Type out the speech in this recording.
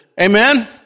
Amen